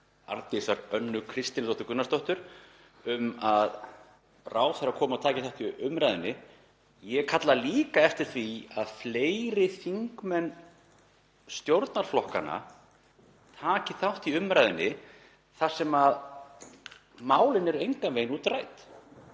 Arndísar Önnu Kristínardóttur Gunnarsdóttur, um að ráðherra komi og taki þátt í umræðunni. Ég kalla líka eftir því að fleiri þingmenn stjórnarflokkanna taki þátt í umræðunni, þar sem málin eru engan veginn útrædd.